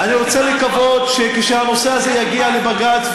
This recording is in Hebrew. אני רוצה לקוות שכשהנושא הזה יגיע לבג"ץ,